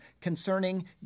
concerning